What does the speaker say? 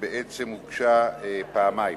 אנחנו עוברים